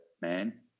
man